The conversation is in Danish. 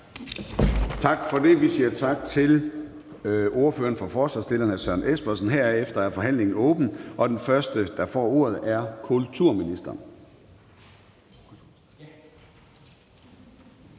Tak for det. Vi siger tak til ordføreren for forslagsstillerne, hr. Søren Espersen. Herefter er forhandlingen åbnet, og den første, der får ordet, er kulturministeren.